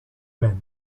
même